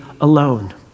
alone